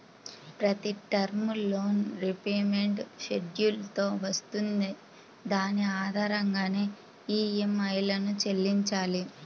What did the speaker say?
ప్రతి term loan repayment schedule తో వస్తుంది దాని ఆధారంగానే ఈఎంఐలను చెల్లించాలి